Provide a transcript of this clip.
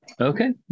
okay